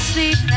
Sleep